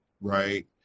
right